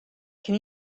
can